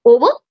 Over